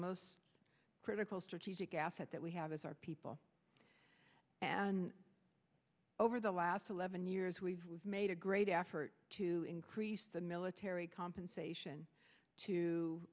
most critical strategic asset that we have is our people and over the last eleven years we've made a great effort to increase the military compensation to